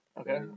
Okay